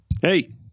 Hey